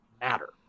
matter